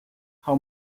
how